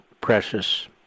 precious